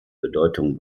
bedeutung